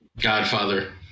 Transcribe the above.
Godfather